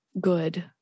good